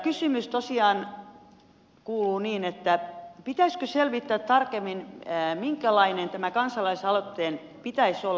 kysymys tosiaan kuuluu niin että pitäisikö selvittää tarkemmin minkälainen tämän kansalaisaloitteen pitäisi olla